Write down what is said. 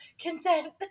Consent